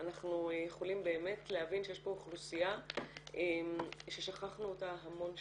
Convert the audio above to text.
אנחנו יכולים באמת להבין שיש פה אוכלוסייה ששכחנו אותה המון שנים.